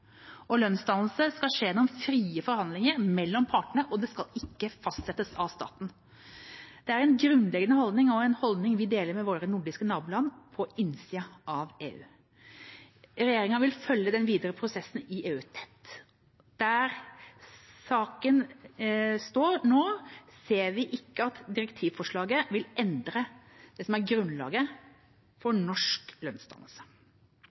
skal skje gjennom frie forhandlinger mellom partene og ikke fastsettes av staten. Det er en grunnleggende holdning og en holdning vi deler med våre nordiske naboland på innsiden av EU. Regjeringa vil følge den videre prosessen i EU tett. Der saken står nå, ser vi ikke at direktivforslaget vil endre grunnlaget for norsk lønnsdannelse. Våre endelige vurderinger av det